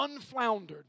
unfloundered